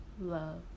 love